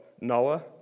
Noah